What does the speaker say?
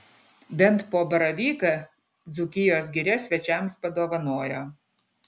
bent po baravyką dzūkijos giria svečiams padovanojo